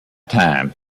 time